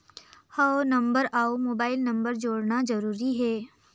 हव नंबर अउ mobile number जोड़ना जरूरी हे?